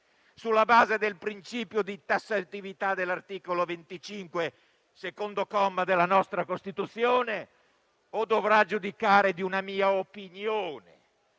sulla base del principio di tassatività dell'articolo 25, secondo comma della nostra Costituzione o dovrà giudicare un'opinione,